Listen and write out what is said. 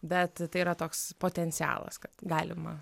bet tai yra toks potencialas kad galima